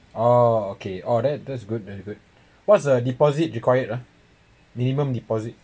orh okay orh that that's good that's good what's the deposit required uh minimum deposit